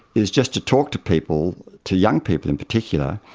is just to talk to people, to young people in particular,